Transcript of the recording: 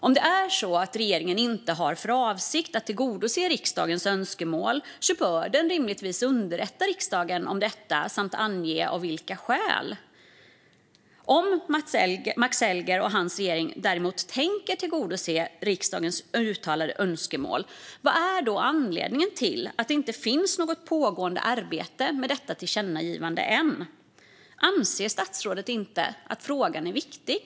Om regeringen inte har för avsikt att tillgodose riksdagens önskemål bör den rimligtvis underrätta riksdagen om detta samt ange av vilka skäl. Om Max Elger och hans regering däremot tänker tillgodose riksdagens uttalade önskemål, vad är då anledningen till att det ännu inte finns något pågående arbete med detta tillkännagivande? Anser inte statsrådet att frågan är viktig?